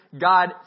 God